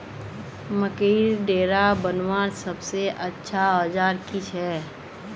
मकईर डेरा बनवार सबसे अच्छा औजार की छे?